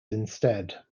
instead